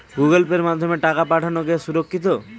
Google পের মাধ্যমে টাকা পাঠানোকে সুরক্ষিত?